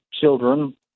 children